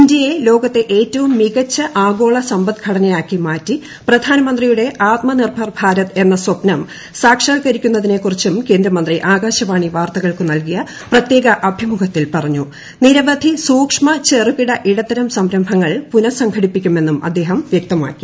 ഇന്ത്യയെ ലോകത്തെ ഏറ്റവും മികച്ച ആഗോള സമ്പദ്ഘടനയാക്കി മാറ്റി പ്രധാനമന്ത്രിയുടെ ആത്മനിർഭർ ഭാരത് എന്ന സ്വപ്നം സാക്ഷാൽക്കരിക്കുന്നതിനെക്കുറിച്ചും കേന്ദ്രമന്ത്രി ആകാശവാണി വാർത്തകൾക്കു നൽകിയ പ്രത്യേക അഭിമുഖത്തിൽ പറഞ്ഞു നിരവധി സൂക്ഷ്മചെറുകിട ഇടത്തരം സംരംഭങ്ങൾ പുനഃസംഘടിപ്പിക്കുമെന്നും അദ്ദേഹം വൃക്തമ്മൂക്കി